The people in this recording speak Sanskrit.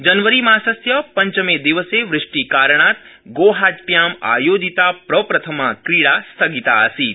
जनवरीमासस्य पञ्चमे दिवसे वृष्टिकारणात् गौहाट्यां आयोजिता प्रप्रथमा क्रीडा स्थगिता आसीत्